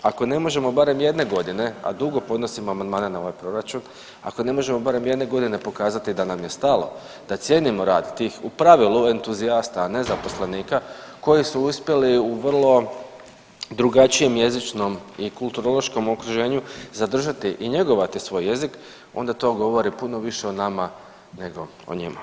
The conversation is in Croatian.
Ako ne možemo barem jedne godine, a dugo podnosim amandmane na ovaj Proračun, ako ne možemo barem jedne godine pokazati da nam je stalo, da cijenimo rad tih, u pravilu, entuzijasta, a ne zaposlenika koji su uspjeli u vrlo drugačijem jezičnom i kulturološkom okruženju zadržati i njegovati svoj jezik, onda to govori puno više o nama nego o njima.